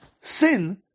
sin